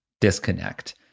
disconnect